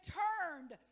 turned